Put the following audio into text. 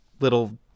little